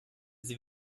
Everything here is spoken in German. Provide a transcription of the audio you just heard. sie